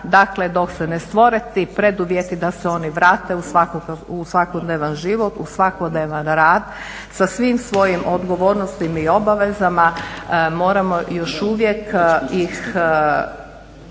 Dakle, dok se ne stvore ti preduvjeti da se oni vrate u svakodnevan život, u svakodnevan rad sa svim svojim odgovornostima i obavezama moramo još uvijek ih